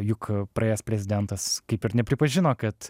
juk praėjęs prezidentas kaip ir nepripažino kad